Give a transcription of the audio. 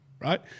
right